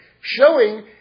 showing